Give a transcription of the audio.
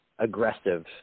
aggressive